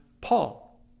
Paul